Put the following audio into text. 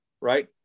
right